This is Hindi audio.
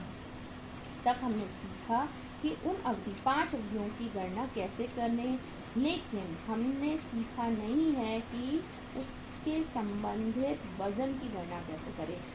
इसलिए अब तक हमने सीखा है कि उन अवधि 5 अवधि की गणना कैसे करें लेकिन हमने सीखा नहीं है कि उनके संबंधित वजन की गणना कैसे करें